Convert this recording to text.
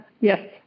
Yes